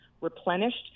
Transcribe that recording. replenished